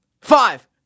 five